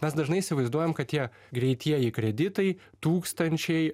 mes dažnai įsivaizduojam kad tie greitieji kreditai tūkstančiai